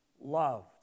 loved